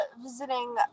visiting